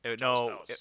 No